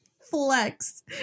Flex